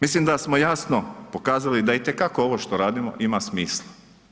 Mislim da smo jasno pokazali da itekako ovo što radimo ima smisla.